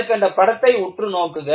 மேற்கண்ட படத்தை உற்று நோக்குக